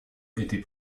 était